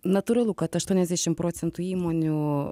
natūralu kad aštuoniasdešim procentų įmonių